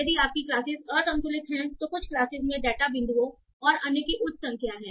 यदि आपकी क्लासेस असंतुलित हैं तो कुछ क्लासेस में डेटा बिंदुओं और अन्य की उच्च संख्या है